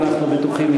אנחנו בטוחים,